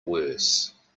worse